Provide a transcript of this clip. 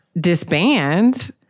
disband